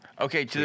Okay